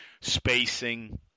spacing